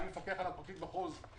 ושהוא יתחיל לעסוק בפינויים